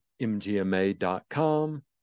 mgma.com